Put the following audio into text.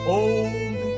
old